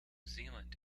zealand